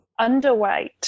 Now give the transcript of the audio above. underweight